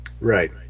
right